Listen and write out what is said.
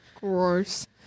Gross